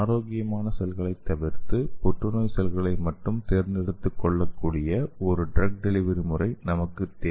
ஆரோக்கியமான செல்களை தவிர்த்து புற்றுநோய் செல்களை மட்டும் தேர்ந்தெடுத்துக் கொல்லக்கூடிய ஒரு டிரக் டெலிவரி முறை நமக்குத் தேவை